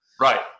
right